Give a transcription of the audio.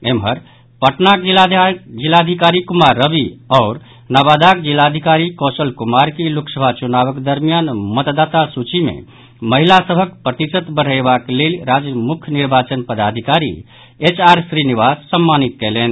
एम्हर पटनाक जिलाधिकारी कुमार रवि आओर नवादाक जिलाधिकारी कौशल कुमार के लोकसभा चुनावक दरमियान मतदाता सूची मे महिला सभक प्रतिशत बढ़यबाक लेल राज्य मुख्य निर्वाचन पदाधिकारी एच आर श्रीनिवास सम्मानित कयलनि